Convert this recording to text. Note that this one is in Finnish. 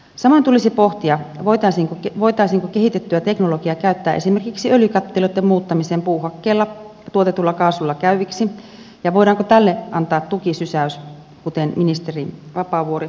samoin tulisi pohtia voitaisiinko kehitettyä teknologiaa käyttää esimerkiksi öljykattiloitten muuttamiseen puuhakkeella tuotetulla kaasulla käyväksi ja voidaanko tälle antaa tukisysäys kuten ministeri vapaavuori asian ilmaisi